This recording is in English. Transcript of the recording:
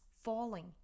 falling